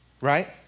Right